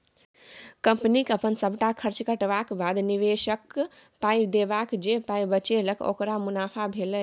कंपनीक अपन सबटा खर्च कटबाक बाद, निबेशककेँ पाइ देबाक जे पाइ बचेलक ओकर मुनाफा भेलै